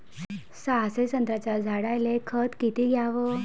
सहाशे संत्र्याच्या झाडायले खत किती घ्याव?